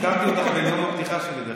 אגב, הזכרתי אותך בנאום הפתיחה שלי.